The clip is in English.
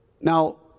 Now